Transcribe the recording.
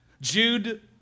Jude